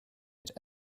had